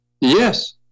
Yes